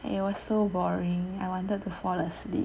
and it was so boring I wanted to fall asleep